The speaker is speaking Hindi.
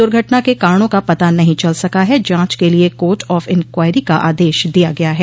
दुर्घटना के कारणों का पता नहीं चल सका है जांच के लिये कोर्ट ऑफ इंक्वारी का आदेश दिया गया है